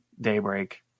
Daybreak